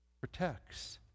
protects